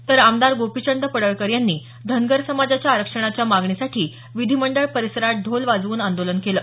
तर आमदार गोपीचंद पडळकर यांनी धनगर समाजाच्या आरक्षणाच्या मागणीसाठी विधीमंडळ परिसरात ढोल वाजवून आंदोलन केलं